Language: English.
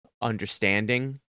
understanding